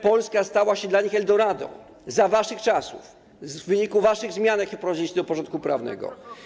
Polska stała się dla nich eldorado za waszych czasów w wyniku waszych zmian, jakie wprowadziliście do porządku prawnego.